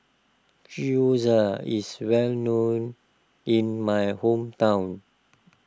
Gyoza is well known in my hometown